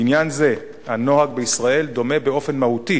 בעניין זה, הנוהג בישראל דומה באופן מהותי